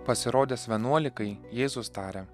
pasirodęs vienuolikai jėzus tarė